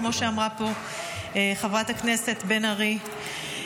כמו שאמרה פה חברת הכנסת בן ארי,